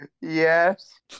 yes